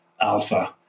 alpha